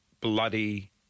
bloody